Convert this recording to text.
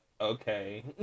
okay